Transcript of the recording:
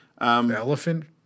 Elephant